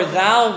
Thou